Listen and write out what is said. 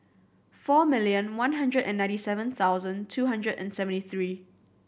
four million one hundred and ninety seven thousand two hundred and seventy three